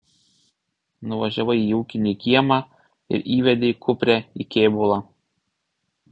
nuvažiavai į ūkinį kiemą ir įvedei kuprę į kėbulą